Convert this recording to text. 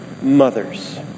mothers